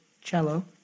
cello